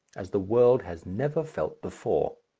as the world has never felt before.